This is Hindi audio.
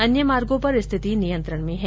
अन्य मार्गों पर स्थिति नियंत्रण में है